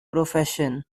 profession